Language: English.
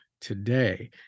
today